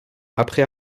après